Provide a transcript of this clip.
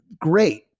great